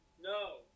No